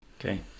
Okay